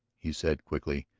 he said quickly.